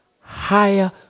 higher